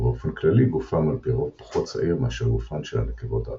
ובאופן כללי גופם על-פי רוב פחות שעיר מאשר גופן של הנקבות העצמאיות.